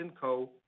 Co